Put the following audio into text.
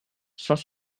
saint